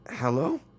Hello